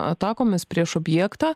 atakomis prieš objektą